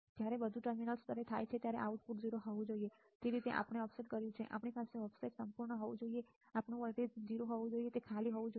તેથી જ્યારે બધું ટર્મિનલ સ્તરે થાય ત્યારે આપણું આઉટપુટ 0 હોવું જોઈએ તે રીતે આપણે ઓફસેટ કર્યું છે આપણી પાસે આપણું ઓફસેટ સંપૂર્ણ હોવું જોઈએ કે આપણું આઉટપુટ વોલ્ટેજ 0 હોવું જોઈએ તે ખાલી હોવું જોઈએ